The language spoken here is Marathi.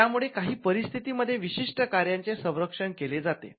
या मुळे काही परिस्थिती मध्ये विशिष्ट कार्यांचे संरक्षण केले जाते